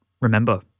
remember